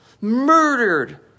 murdered